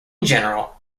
general